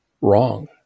wrong